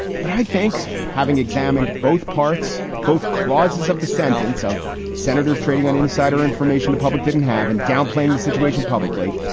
but i think having examined both parts, both clauses of the sentence of senators trading on insider information the public didn't have in downplaying the situation publicly.